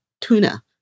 tuna